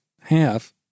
half